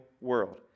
world